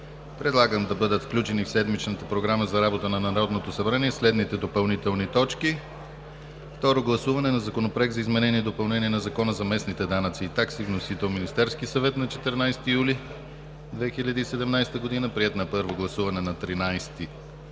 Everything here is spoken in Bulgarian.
предлагам да бъдат включени в седмичната Програма за работа на Народното събрание следните допълнителни точки: Второ гласуване на Законопроекта за изменение и допълнение на Закона за местните данъци и такси. Вносител е Министерският съвет, на 14 юли 2017 г., приет на първо гласуване на 13